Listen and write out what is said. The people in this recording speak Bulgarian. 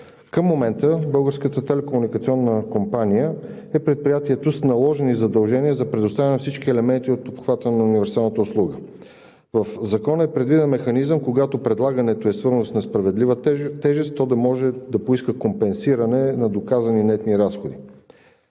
Към момента Българската телекомуникационна компания е предприятието с наложени задължения за предоставяне на всички елементи от обхвата на универсалната услуга. В Закона е предвиден механизъм, когато предлагането е свързано с несправедлива тежест, то да можа да поиска компенсиране на доказани нетни разходи.